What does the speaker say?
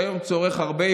שהיום צורך הרבה,